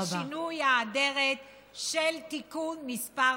בשינוי האדרת של תיקון מס'